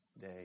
day